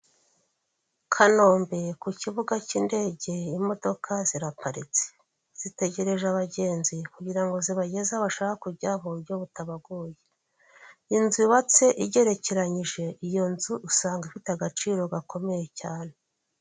Kanombe ku kibuga cy'indege imodoka ziraparitse, zitegereje abagenzi kugira ngo zibageze aho bashaho kujya mu buryo butabagoye, inzu yubatse igerekeranyije iyo nzu usanga ifite agaciro gakomeye cyane.